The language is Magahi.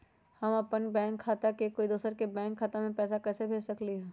हम अपन बैंक खाता से कोई दोसर के बैंक खाता में पैसा कैसे भेज सकली ह?